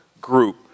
group